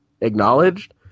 acknowledged